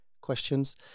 questions